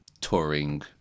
touring